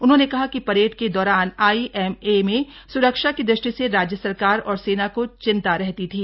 उन्होंने कहा कि परेड के दौरान आईएमए में स्रक्षा की दृष्टि से राज्य सरकार और सेना को चिंता रहती थी